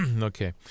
Okay